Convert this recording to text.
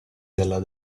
della